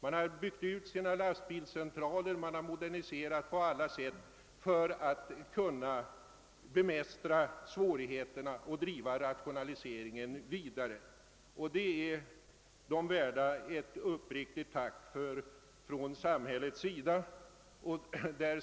Man har byggt ut sina lastbilscentraler, man har moderniserat på alla sätt för att kunna bemästra svårigheterna och fortsätta rationaliseringen. För denna insats är lastbilsägarna värda ett uppriktigt tack från samhällets sida.